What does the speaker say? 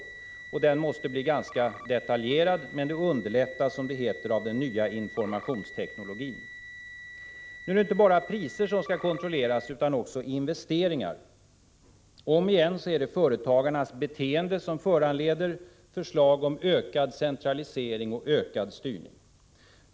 Denna kontroll måste bli detaljerad, men det underlättas, som det heter, av den nya informationsteknologin. Nu är det inte bara priser som skall kontrolleras, utan också investeringar. Om igen är det företagarnas beteende som föranleder förslag om ökad centralisering och styrning.